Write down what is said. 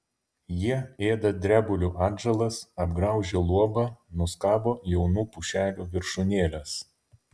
jie ėda drebulių atžalas apgraužia luobą nuskabo jaunų pušelių viršūnėles